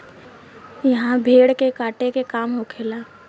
इहा भेड़ के काटे के काम होखेला